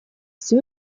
все